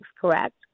correct